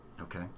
Okay